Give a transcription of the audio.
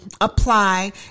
apply